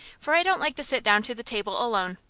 for i don't like to sit down to the table alone.